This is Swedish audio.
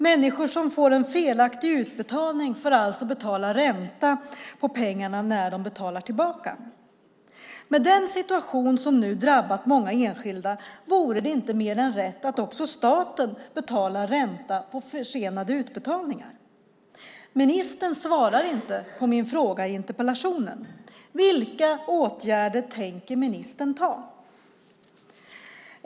Människor som får en felaktig utbetalning får alltså betala ränta på pengarna när de betalar tillbaka. Med den situation som nu har drabbat många enskilda vore det inte mer än rätt att också staten betalar ränta på försenade utbetalningar. Ministern svarar inte på min fråga i interpellationen: Vilka åtgärder tänker ministern vidta?